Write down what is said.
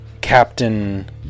Captain